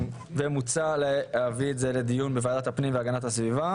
ומוצע להעביר את זה לדיון בוועדת הפנים והגנת הסביבה